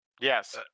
Yes